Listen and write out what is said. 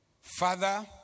Father